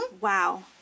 Wow